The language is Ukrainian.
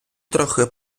трохи